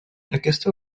aquesta